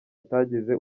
atagize